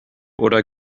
oder